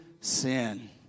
sin